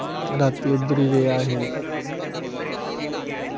रातीं उद्धर ही रेह् असी